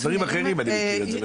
מדברים אחרים אני מכיר את זה.